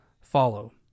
follow